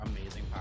amazing